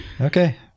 Okay